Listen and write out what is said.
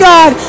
God